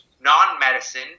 non-medicine